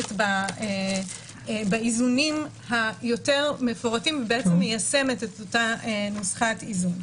שעוסקת באיזונים היותר מפורטים ובעצם מיישמת את אותה נוסחת איזון.